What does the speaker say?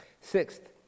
Sixth